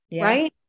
Right